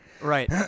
Right